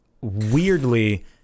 weirdly